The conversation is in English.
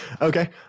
Okay